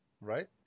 right